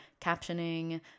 captioning